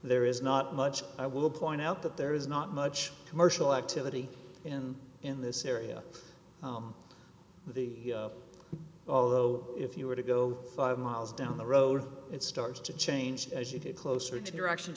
there is not much i will point out that there is not much commercial activity in in this area the although if you were to go five miles down the road it starts to change as you get closer to the direction